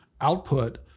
output